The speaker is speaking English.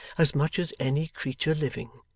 as much as any creature living.